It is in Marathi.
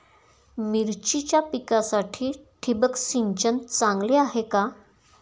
मिरचीच्या पिकासाठी ठिबक सिंचन चांगले आहे का?